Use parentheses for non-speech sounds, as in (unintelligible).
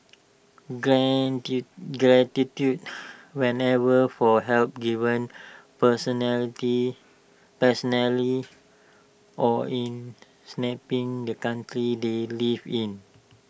(unintelligible) gratitude whether for help given personality personally or in (unintelligible) the country they live in